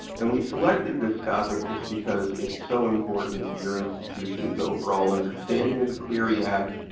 and we selected this topic just because it's so important to your institution's overall understanding of the clery act,